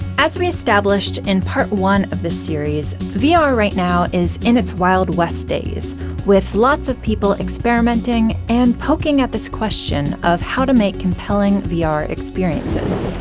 as we established in part one of this series vr right now is in its wild west days with lots of people experimenting and poking at this question of how to make compelling vr experiences.